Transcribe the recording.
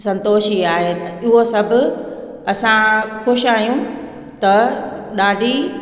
संतोष इहो आहे उहो सभु असां ख़ुशि आहियूं त ॾाढी